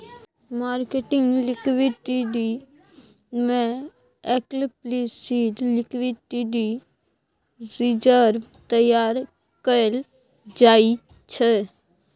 marketing liquidity में explicit liquidity reserve तैयार कएल जाइ छै